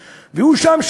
ושם,